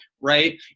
right